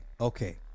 okay